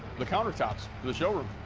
the countertops for the showroom.